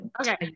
Okay